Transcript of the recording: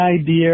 idea